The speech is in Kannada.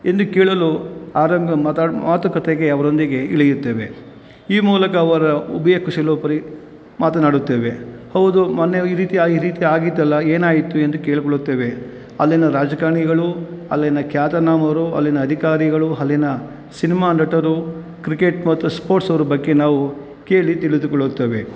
ಎಂದು ಕೇಳಲು ಆರಂಭ ಮಾತಾಡಿ ಮಾತುಕತೆಗೆ ಅವರೊಂದಿಗೆ ಇಳಿಯುತ್ತೇವೆ ಈ ಮೂಲಕ ಅವರ ಉಭಯ ಕುಶಲೋಪರಿ ಮಾತನಾಡುತ್ತೇವೆ ಹೌದು ಮೊನ್ನೆ ಈ ರೀತಿ ಆಯ್ ಈ ರೀತಿ ಆಗಿತ್ತಲ್ಲ ಏನಾಯಿತು ಎಂದು ಕೇಳಿಕೊಳ್ಳುತ್ತೇವೆ ಅಲ್ಲಿನ ರಾಜಕಾರಣಿಗಳು ಅಲ್ಲಿನ ಖ್ಯಾತನಾಮರು ಅಲ್ಲಿನ ಅಧಿಕಾರಿಗಳು ಅಲ್ಲಿನ ಸಿನಿಮಾ ನಟರು ಕ್ರಿಕೆಟ್ ಮತ್ತು ಸ್ಪೋರ್ಟ್ಸ್ ಅವ್ರ ಬಗ್ಗೆ ನಾವು ಕೇಳಿ ತಿಳಿದುಕೊಳ್ಳುತ್ತೇವೆ